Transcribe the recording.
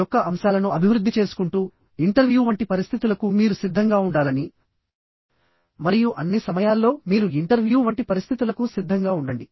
యొక్క అంశాలను అభివృద్ధి చేసుకుంటూ ఇంటర్వ్యూ వంటి పరిస్థితులకు మీరు సిద్ధంగా ఉండాలని మరియు అన్ని సమయాల్లో మీరు ఇంటర్వ్యూ వంటి పరిస్థితులకు సిద్ధంగా ఉండండి